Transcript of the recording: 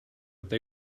they